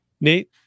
Nate